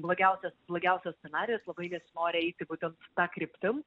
blogiausias blogiausias scenarijus labai nesinori eiti būtent ta kryptim